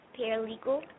Paralegal